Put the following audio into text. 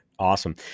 Awesome